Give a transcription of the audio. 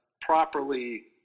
properly